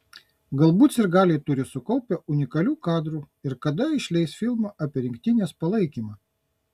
galbūt sirgaliai turi sukaupę unikalių kadrų ir kada išleis filmą apie rinktinės palaikymą